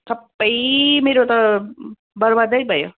सबै मेरो त बर्बादै भयो